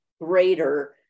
greater